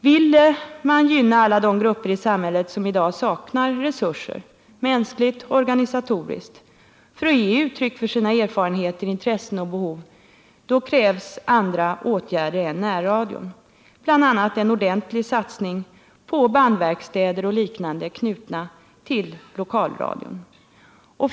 Vill man gynna alla de grupper i samhället som i dag saknar resurser, mänskligt och organisatoriskt, för att ge uttryck för sina erfarenheter, intressen och behov, då krävs andra åtgärder än närradion, bl.a. en ordentlig satsning på bandverkstäder och liknande, knutna till lokalradion. För det krävs resurser.